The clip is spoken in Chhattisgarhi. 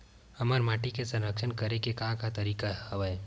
हमर माटी के संरक्षण करेके का का तरीका हवय?